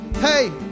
Hey